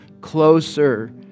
closer